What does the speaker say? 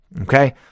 Okay